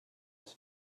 his